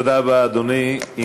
תודה רבה, אדוני.